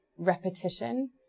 Repetition